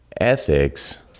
ethics